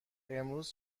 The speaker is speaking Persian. امروز